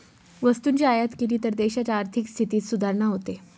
वस्तूची आयात केली तर देशाच्या आर्थिक स्थितीत सुधारणा होते